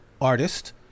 artist